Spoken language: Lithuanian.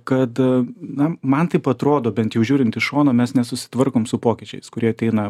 kad na man taip atrodo bent jau žiūrint iš šono mes nesusitvarkom su pokyčiais kurie ateina